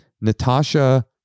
natasha